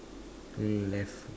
left